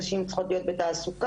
נשים צריכות להיות בתעסוקה,